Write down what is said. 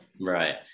Right